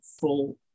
full